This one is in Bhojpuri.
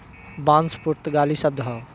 बांस पुर्तगाली शब्द हौ